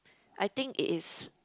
I think it is